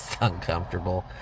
uncomfortable